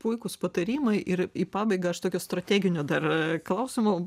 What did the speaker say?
puikūs patarimai ir į pabaigą aš tokio strateginio dar klausimo